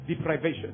Deprivation